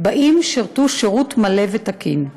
אם שירתו שירות מלא ותקין.